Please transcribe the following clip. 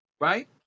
right